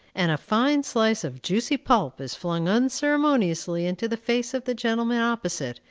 and a fine slice of juicy pulp is flung unceremoniously into the face of the gentleman opposite,